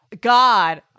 God